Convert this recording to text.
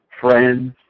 friends